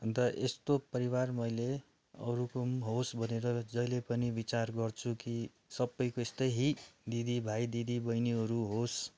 अन्त यस्तो परिवार मैले अरूको पनि होस् भनेर जहिले पनि विचार गर्छु कि सबैको त्यस्तै दिदी भाइ दिदी बहिनीहरू होस्